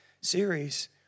series